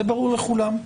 זה ברור לכולם.